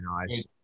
nice